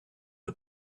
the